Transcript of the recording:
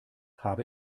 habe